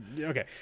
okay